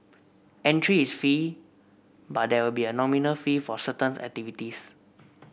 entry is free but there will be a nominal fee for certain activities